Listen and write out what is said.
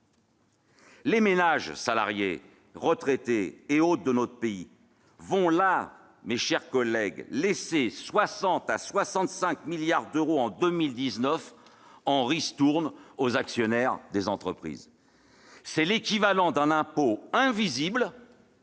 Les ménages salariés, retraités et autres de notre pays vont donc, mes chers collègues, laisser 60 milliards à 65 milliards d'euros en 2019 en ristourne aux actionnaires des entreprises. C'est l'équivalent d'un impôt invisible